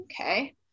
Okay